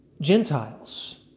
Gentiles